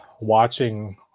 watching